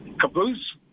Caboose